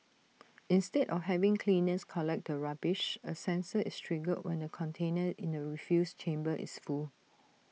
instead of having cleaners collect the rubbish A sensor is triggered when the container in the refuse chamber is full